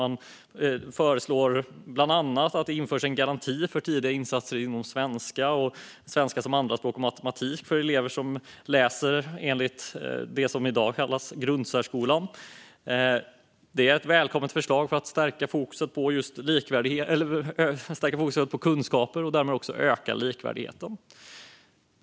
Man föreslår bland annat att det införs en garanti för tidiga insatser i svenska, svenska som andraspråk och matematik för elever som läser enligt det som i dag kallas grundsärskolans kursplaner. Detta är ett välkommet förslag för att stärka just fokus på kunskaper och därmed också öka likvärdigheten.